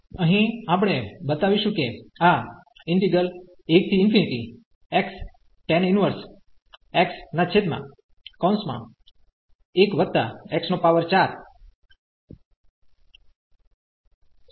અહીં આપણે બતાવીશું કે આ વિચલન થાય છે